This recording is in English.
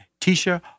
Tisha